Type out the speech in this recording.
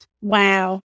wow